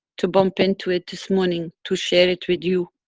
to bump into it this morning, to share it with you.